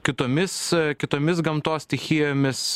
kitomis kitomis gamtos stichijomis